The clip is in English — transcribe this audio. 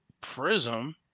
prism